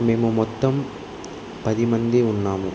మేము మొత్తం పది మంది ఉన్నాము